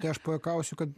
tai aš pajuokausiu kad